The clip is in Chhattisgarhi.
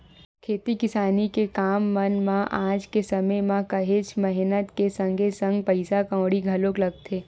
खेती किसानी के काम मन म आज के समे म काहेक मेहनत के संगे संग पइसा कउड़ी घलो लगथे